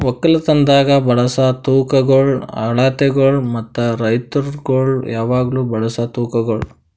ಒಕ್ಕಲತನದಾಗ್ ಬಳಸ ತೂಕಗೊಳ್, ಅಳತಿಗೊಳ್ ಮತ್ತ ರೈತುರಗೊಳ್ ಯಾವಾಗ್ಲೂ ಬಳಸ ತೂಕಗೊಳ್